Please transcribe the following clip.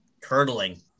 Curdling